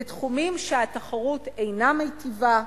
בתחומים שהתחרות אינה מיטיבה,